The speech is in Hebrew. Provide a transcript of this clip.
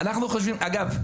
אגב,